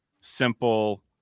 simple